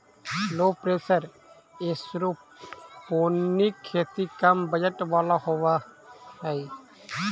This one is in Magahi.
लो प्रेशर एयरोपोनिक खेती कम बजट वाला होव हई